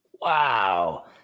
Wow